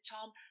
Tom